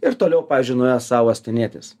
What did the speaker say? ir toliau pavyzdžiui nuėjo sau uostinėtis